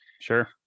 Sure